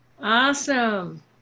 Awesome